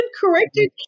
corrected